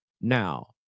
Now